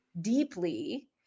deeply